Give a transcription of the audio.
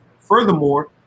Furthermore